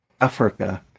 Africa